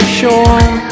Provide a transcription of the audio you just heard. sure